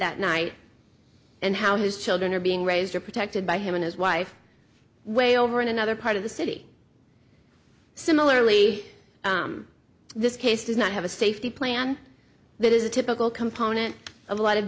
that night and how his children are being raised or protected by him and his wife way over in another part of the city similarly this case does not have a safety plan that is a typical component of a lot of